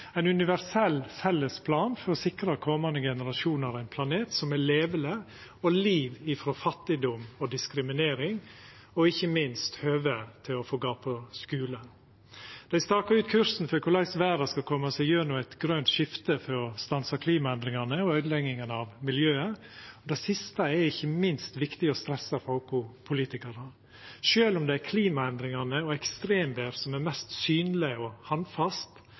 ein universell, felles plan for å sikra komande generasjonar ein planet som er leveleg, liv frie frå fattigdom og diskriminering og ikkje minst høve til å få gå på skule. Dei stakar ut kursen for korleis verda skal koma seg gjennom eit grønt skifte for å stansa klimaendringane og øydelegginga av miljøet. Det siste er ikkje minst viktig å stressa for oss politikarar. Sjølv om det er klimaendringane og ekstremvêr som er mest synleg og handfast